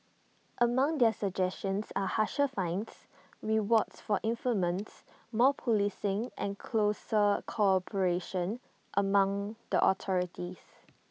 among their suggestions are harsher fines rewards for informants more policing and closer cooperation among the authorities